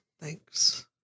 Thanks